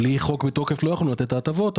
בלי חוק בתוקף לא יכולנו לתת את ההטבות,